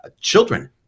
children